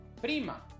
Prima